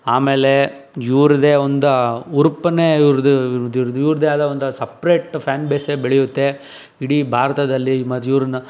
ಆಮೇಲೆ ಇವರದೇ ಒಂದು ಹುರುಪನ್ನೇ ಇವ್ರ್ದ್ ಇವ್ರ್ದ್ ಇವರದೇ ಆದ ಒಂದು ಸಪ್ರೇಟ್ ಫ್ಯಾನ್ ಬೇಸೇ ಬೆಳೆಯುತ್ತೆ ಇಡೀ ಭಾರತದಲ್ಲಿ ಮತ್ತು ಇವರನ್ನು